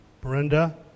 Brenda